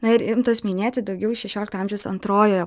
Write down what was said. na ir imtos minėti daugiau šešiolikto amžiaus antrojoje